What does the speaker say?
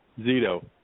Zito